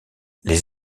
les